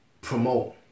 promote